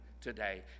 Today